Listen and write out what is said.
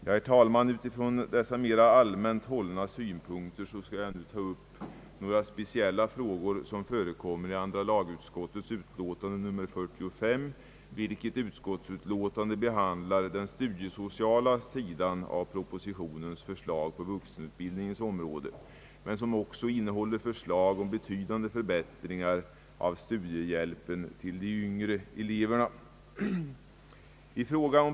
Herr talman, efter dessa mera allmänt hållna synpunkter skall jag ta upp några speciella frågor som förekommer i andra lagutskottets utlåtande nr 45, som behandlar den studiesociala sidan av förslaget på vuxenutbildningens område men också innehåller förslag om betydande förbättringar av studiehjälpen för de yngre eleverna.